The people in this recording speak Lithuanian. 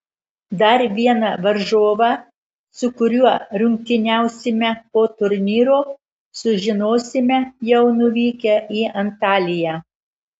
dar vieną varžovą su kuriuo rungtyniausime po turnyro sužinosime jau nuvykę į antaliją